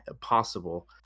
possible